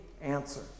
answer